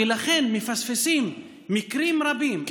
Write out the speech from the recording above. ולכן מפספסים מקרים רבים,